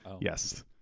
Yes